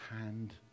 hand